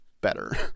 better